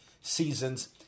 seasons